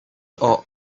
are